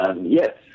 Yes